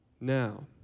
now